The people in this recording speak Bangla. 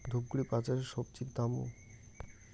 ধূপগুড়ি বাজারের স্বজি দাম?